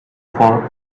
fault